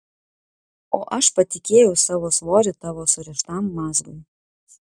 o aš patikėjau savo svorį tavo surištam mazgui